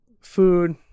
food